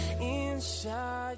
inside